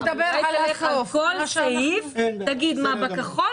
אבל אולי תלך על כל סעיף ותגיד מה בכחול